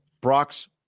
Brock's